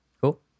Cool